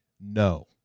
no